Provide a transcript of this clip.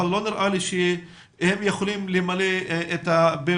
אבל לא נראה לי שהם יכולים למלא במלואה